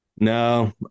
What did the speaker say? No